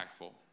impactful